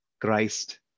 Christ